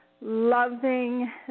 loving